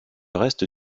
reste